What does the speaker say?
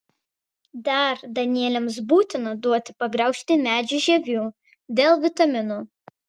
dar danieliams būtina duoti pagraužti medžių žievių dėl vitaminų